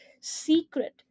secret